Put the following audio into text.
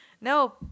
no